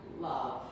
love